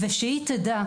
ושהיא תדע,